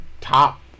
top